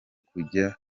kujya